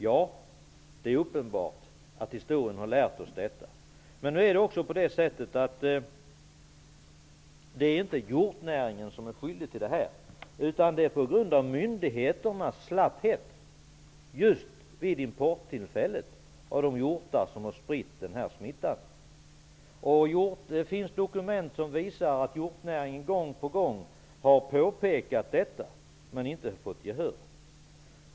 Ja, det är uppenbart att historien har lärt oss detta. Men det är inte hjortnäringen som är skyldig. Det beror på myndigheternas slapphet just vid importen av de hjortar som har spritt smittan. Det finns dokument som visar att hjortnäringen gång på gång har påpekat detta, men inte fått gehör.